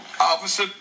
Officer